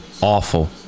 awful